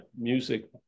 music